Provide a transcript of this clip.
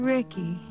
Ricky